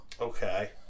Okay